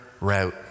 route